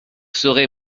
serez